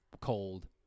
cold